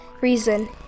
reason